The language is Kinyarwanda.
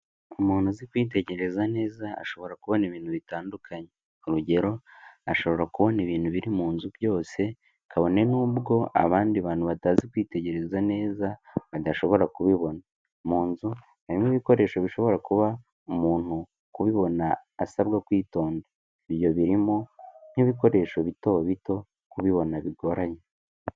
Umuntu uzi kwitegereza neza ashobora kubona ibintu bitandukanye, urugero, ashobora kubona ibintu biri mu nzu byose, kabone n'ubwo abandi bantu batazi kwitegereza neza badashobora kubibona, mu nzu harimo ibikoresho bishobora kuba umuntu kubibona asabwa kwitonda, ibyo birimo nk'ibikoresho bito bito kubibona bigoranye.